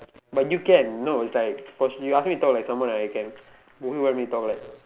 but you can no it's like you ask me talk like someone I can who you want me talk like